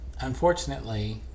Unfortunately